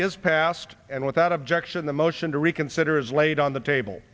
is passed and without objection the motion to reconsider is laid on the table